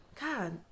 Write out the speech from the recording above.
God